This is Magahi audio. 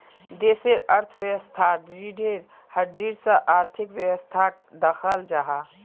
देशेर अर्थवैवास्थार रिढ़ेर हड्डीर सा आर्थिक वैवास्थाक दख़ल जाहा